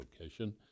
location